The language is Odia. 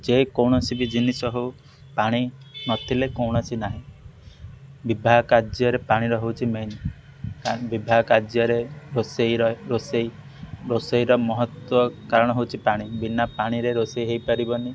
ଯେକୌଣସି ବି ଜିନିଷ ହଉ ପାଣି ନଥିଲେ କୌଣସି ନାହିଁ ବିବାହ କାର୍ଯ୍ୟରେ ପାଣିର ହେଉଛି ମେନ ବିବାହ କାର୍ଯ୍ୟରେ ରୋଷେଇର ରୋଷେଇ ରୋଷେଇର ମହତ୍ତ୍ଵ କାରଣ ହେଉଛି ପାଣି ବିନା ପାଣିରେ ରୋଷେଇ ହେଇପାରିବନି